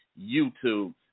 YouTube